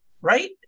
right